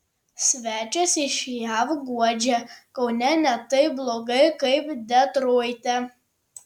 svečias iš jav guodžia kaune ne taip blogai kaip detroite